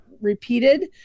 repeated